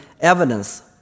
evidence